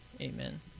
Amen